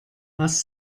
was